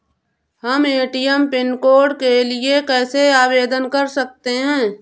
हम ATM pin code के लिए कैसे आवेदन कर सकते हैं?